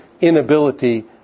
inability